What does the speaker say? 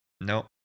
no